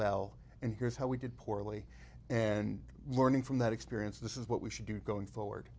well and here's how we did poorly and morning from that experience this is what we should do going forward